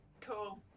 cool